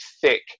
thick